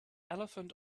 elephant